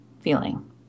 feeling